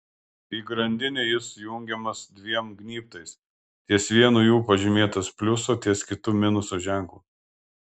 į grandinę jis jungiamas dviem gnybtais ties vienu jų pažymėtas pliuso ties kitu minuso ženklas